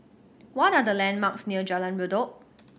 what are the landmarks near Jalan Redop